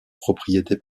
propriété